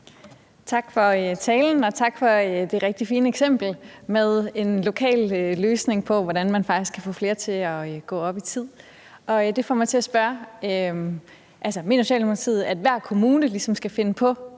Tak for talen, og tak for det rigtig fine eksempel med en lokal løsning på, hvordan man faktisk kan få flere til at gå op i tid. Det får mig til at spørge: Mener Socialdemokratiet, at hver kommune ligesom skal finde på